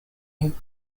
you